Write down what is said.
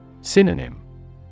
Synonym